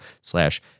slash